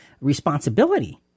responsibility